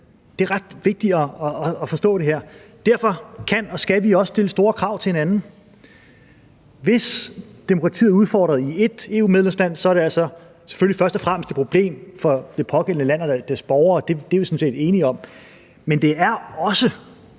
her er ret vigtigt at forstå. Derfor kan og skal vi også stille store krav til hinanden. Hvis demokratiet er udfordret i et EU-medlemsland, er det altså selvfølgelig først og fremmest et problem for det pågældende land og dets borgere, det er vi sådan set enige om, men det er også